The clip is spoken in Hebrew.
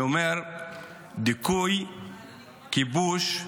אני אומר שדיכוי, כיבוש,